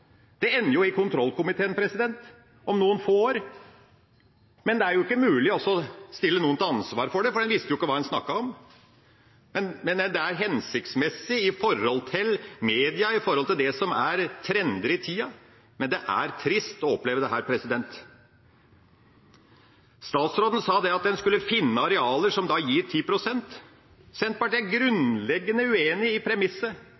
Det ender jo i kontrollkomiteen om noen få år, men det er ikke mulig å stille noen til ansvar for det, for en visste ikke hva en snakket om. Det er hensiktsmessig i forhold til media, i forhold til det som er trender i tida, men det er trist å oppleve dette. Statsråden sa at en skulle finne arealer som utgjør 10 pst av skogarealet. Senterpartiet er grunnleggende uenig i premisset.